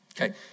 Okay